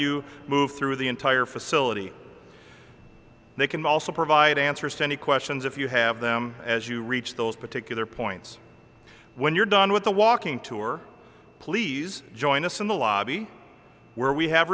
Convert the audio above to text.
you move through the entire facility they can also provide answers to any questions if you have them as you reach those particular points when you're done with the walking tour please join us in the lobby where we have